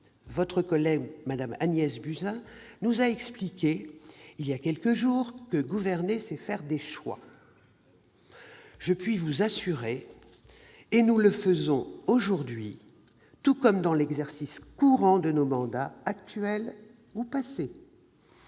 votre collègue Mme Agnès Buzyn nous a expliqué il y a quelques jours que gouverner, c'est faire des choix. Je puis vous l'assurer : c'est ce que nous faisons aujourd'hui, tout comme dans l'exercice courant de nos mandats actuels et passés.